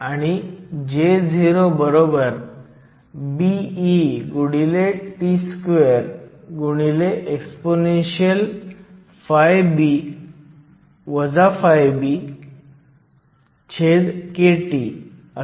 तर तुमच्या डोपंट्सची कॉन्सन्ट्रेशन कमी असल्यामुळे डिफ्युजन गुणांक डिफ्युजन गुणांकापेक्षा जास्त आहेत आपण लांबीची गणना करू शकतो